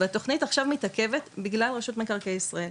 והתוכנית עכשיו מתעכבת בגלל רשות מקרקעי ישראל,